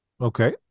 Okay